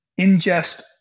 ingest